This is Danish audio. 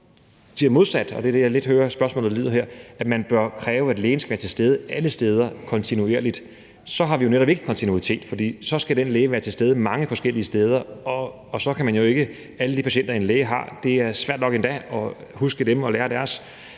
siger modsat, og det er det, jeg lidt hører spørgsmålet lyder som om her, at man bør kræve, at lægen skal være til stede alle steder kontinuerligt, så har vi jo netop ikke kontinuitet, for så skal den læge være til stede mange forskellige steder. Med alle de patienter, en læge har, er det jo svært nok endda at huske dem og lære deres